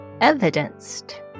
evidenced